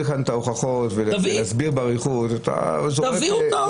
לכם את ההוכחות ולהסביר באריכות --- תביא,